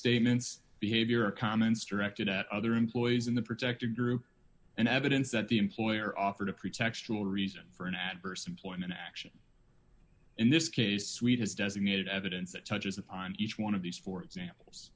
statements behavior comments directed at other employees in the protected group and evidence that the employer offered a pretextual reason for an adverse employment action in this case suite has designated evidence that touches upon each one of these four examples